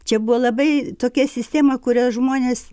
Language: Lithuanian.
čia buvo labai tokia sistema kurią žmonės